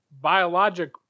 biologic